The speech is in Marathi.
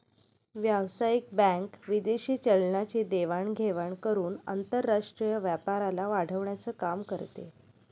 व्यावसायिक बँक विदेशी चलनाची देवाण घेवाण करून आंतरराष्ट्रीय व्यापाराला वाढवण्याचं काम करते